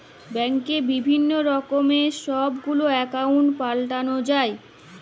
ব্যাংকে বিভিল্ল্য রকমের ছব গুলা একাউল্ট পাল্টাল যায়